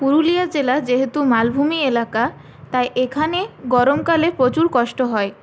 পুরুলিয়া জেলা যেহেতু মালভূমি এলাকা তাই এখানে গরমকালে প্রচুর কষ্ট হয়